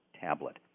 tablet